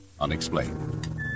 Unexplained